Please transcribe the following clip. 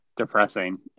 Depressing